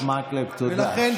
לכן,